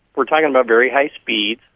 we are talking about very high speeds,